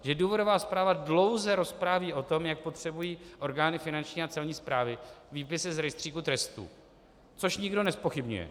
Že důvodová zpráva dlouze rozpráví o tom, jak potřebují orgány Finanční a Celní správy výpisy z rejstříku trestů, což nikdo nezpochybňuje.